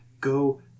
go